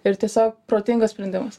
ir tiesiog protingas sprendimas